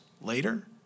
later